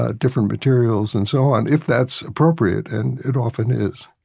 ah different materials and so on, if that's appropriate, and it often is.